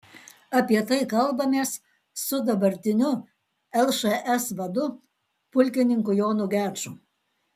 apie tai kalbamės su dabartiniu lšs vadu pulkininku jonu geču